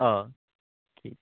आं